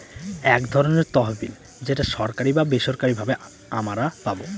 এক ধরনের তহবিল যেটা সরকারি বা বেসরকারি ভাবে আমারা পাবো